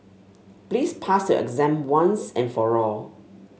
please pass your exam once and for all